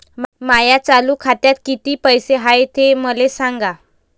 माया चालू खात्यात किती पैसे हाय ते मले सांगा